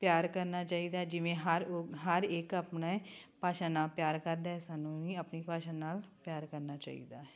ਪਿਆਰ ਕਰਨਾ ਚਾਹੀਦਾ ਜਿਵੇਂ ਹਰ ਉਹ ਹਰ ਇੱਕ ਆਪਣੇ ਭਾਸ਼ਾ ਨਾਲ ਪਿਆਰ ਕਰਦਾ ਸਾਨੂੰ ਵੀ ਆਪਣੀ ਭਾਸ਼ਾ ਨਾਲ ਪਿਆਰ ਕਰਨਾ ਚਾਹੀਦਾ ਹੈ